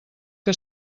que